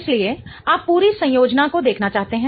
इसलिए आप पूरी संयोजन को देखना चाहते हैं